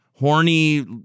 horny